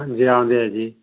ਹਾਂਜੀ ਆਉਂਦੇ ਹੈ ਜੀ